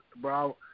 bro